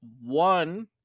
one